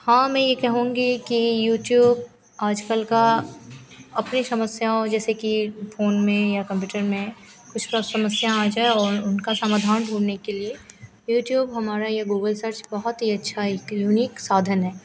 हाँ मैं यह कहूँगी कि यूट्यूब आजकल का अपनी समस्याओं जैसे कि फ़ोन में या कम्प्यूटर में कुछ समस्या आ जाए और उनका समाधान ढूँढने के लिए यूट्यूब हमारा या गूगल सर्च बहुत ही अच्छा एक यूनीक साधन है